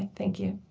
thank you.